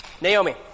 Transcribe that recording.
Naomi